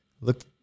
look